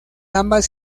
ambas